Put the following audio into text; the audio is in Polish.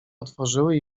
otworzyły